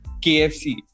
KFC